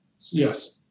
Yes